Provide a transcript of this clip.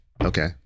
Okay